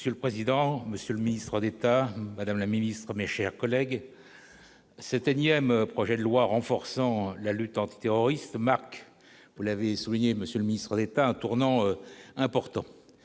Monsieur le président, Monsieur le Ministre d'État, Madame la Ministre, mes chers collègues, c'est N-ième Projet de loi renforçant la lutte antiterroriste, Marc, vous l'avez souligné, Monsieur le Ministre d'État, un tournant important,